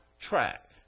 track